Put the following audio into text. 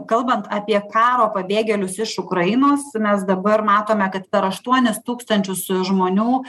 kalbant apie karo pabėgėlius iš ukrainos mes dabar matome kad per aštuonis tūkstančius žmonių